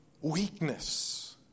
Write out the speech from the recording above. weakness